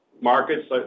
Markets